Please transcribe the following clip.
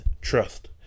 trust